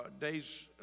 days